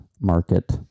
market